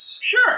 Sure